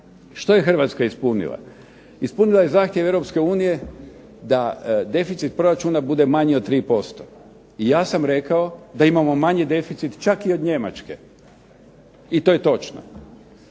Što je Hrvatska ispunila? Ispunila je zahtjev Europske unije da deficit proračuna bude manji od 3%. I ja sam rekao da imamo manji deficit čak i od Njemačke i to je točno.